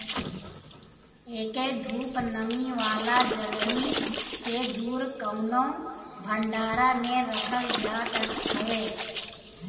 एके धूप, नमी वाला जगही से दूर कवनो भंडारा में रखल जात हवे